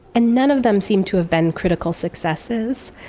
and none of them seem to have been critical successes.